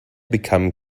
become